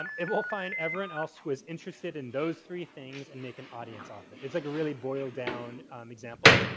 um if we'll find everyone else who is interested in those three things and make an audience of them. it's like a really boiled down example.